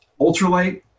ultralight